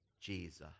Jesus